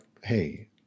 hey